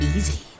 Easy